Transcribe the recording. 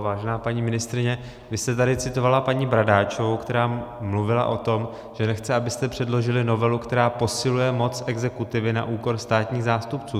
Vážená paní ministryně, vy jste tady citovala paní Bradáčovou, která mluvila o tom, že nechce, abyste předložili novelu, která posiluje moc exekutivy na úkor státních zástupců.